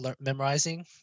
memorizing